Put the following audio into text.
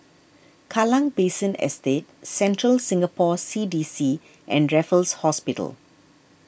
Kallang Basin Estate Central Singapore C D C and Raffles Hospital